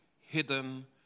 hidden